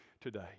today